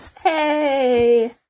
Hey